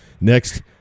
next